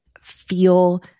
feel